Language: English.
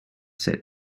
set